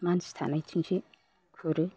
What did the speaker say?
मानसि थानायथिंसो खुरो